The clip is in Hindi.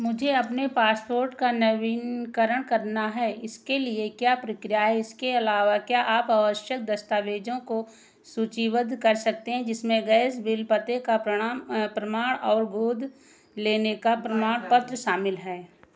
मुझे अपने पासपोर्ट का नवीनकरण करना है इसके लिए क्या प्रक्रिया है इसके अलावा क्या आप आवश्यक दस्तावेज़ों को सूचीबद्ध कर सकते हैं जिसमें गैस बिल पते का प्रणाम प्रमाण और गोद लेने का प्रमाण पत्र शामिल हैं